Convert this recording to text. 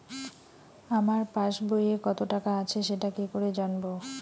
আমার পাসবইয়ে কত টাকা আছে সেটা কি করে জানবো?